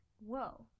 whoa